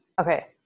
Okay